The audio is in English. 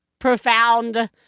Profound